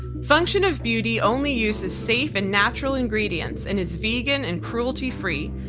function of beauty only use is safe and natural ingredients and is vegan and cruelty-free.